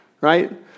right